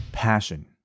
passion